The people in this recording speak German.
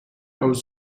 aus